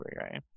right